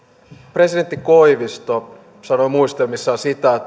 presidentti koivisto sanoi muistelmissaan